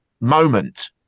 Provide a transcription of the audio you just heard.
moment